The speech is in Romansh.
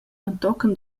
entochen